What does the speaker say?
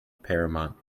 paramount